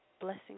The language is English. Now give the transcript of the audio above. Blessing